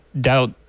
doubt